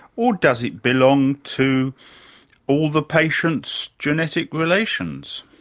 or does it belong to all the patient's genetic relations?